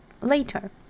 later